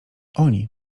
oni